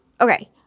okay